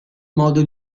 modo